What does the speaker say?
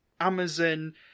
Amazon